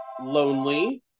lonely